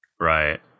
right